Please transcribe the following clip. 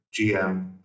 GM